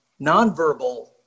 nonverbal